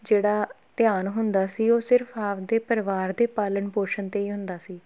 ਜਿਹੜਾ ਧਿਆਨ ਹੁੰਦਾ ਸੀ ਉਹ ਸਿਰਫ਼ ਆਪਦੇ ਪਰਿਵਾਰ ਦੇ ਪਾਲਣ ਪੋਸ਼ਣ 'ਤੇ ਹੀ ਹੁੰਦਾ ਸੀ